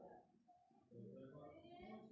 मेरी culture म रसायन केरो जरूरत होय छै